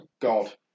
god